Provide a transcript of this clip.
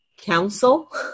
council